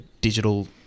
digital